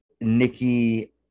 Nikki